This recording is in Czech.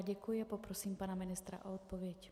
Děkuji a poprosím pana ministra o odpověď.